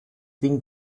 ding